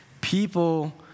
people